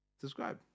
subscribe